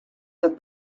that